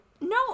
No